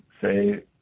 say